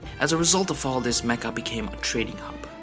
as a result of all this mecca became a trading hub.